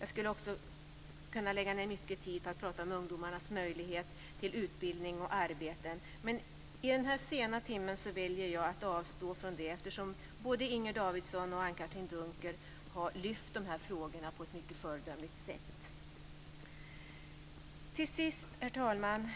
Jag skulle också kunna lägga ned mycket tid på att prata om ungdomarnas möjligheter till utbildning och arbete, men i den här sena timmen väljer jag att avstå från det, eftersom både Inger Davidson och Anne-Katrine Dunker har lyft fram de här frågorna på ett mycket föredömligt sätt. Till sist, herr talman!